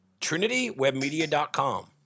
TrinityWebMedia.com